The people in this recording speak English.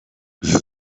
you